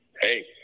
Hey